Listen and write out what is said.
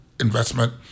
investment